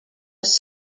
was